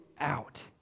out